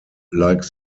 like